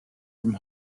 from